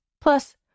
Plus